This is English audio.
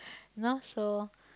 know so